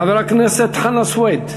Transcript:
חבר הכנסת חנא סוייד,